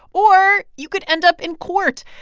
or you could end up in court.